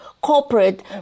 corporate